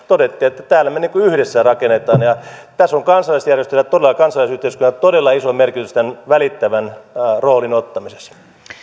todettiin että täällä me yhdessä rakennamme tässä on kansalaisjärjestöillä ja kansalaisyhteiskunnalla todella iso merkitys tämän välittävän roolin ottamisessa